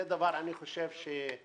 אני חושב שזה